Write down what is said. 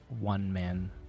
one-man